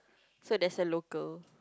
so there's a local